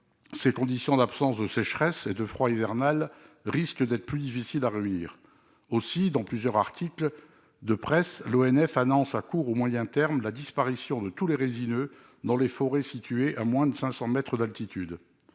ces conditions d'absence de sécheresse et de froid hivernal risquent d'être plus difficiles à réunir. Aussi, dans plusieurs articles de presse, l'ONF annonce à court ou moyen terme la disparition de tous les résineux dans les forêts situées à moins de 500 mètres d'altitude.